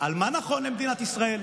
על מה נכון למדינת ישראל,